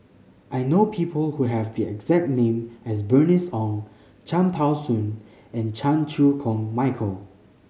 I know people who have the exact name as Bernice Ong Cham Tao Soon and Chan Chew Koon Michael